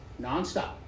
nonstop